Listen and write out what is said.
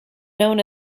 known